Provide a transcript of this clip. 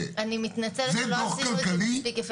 אנחנו מתנים את זה גם היום ביחס לסוג מסוים של מוצרים,